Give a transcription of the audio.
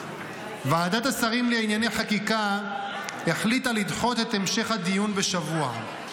ועדת השרים לענייני חקיקה החליטה לדחות את המשך הדיון בשבוע.